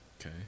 okay